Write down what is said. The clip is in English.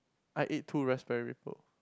I ate two Raspberry Ripple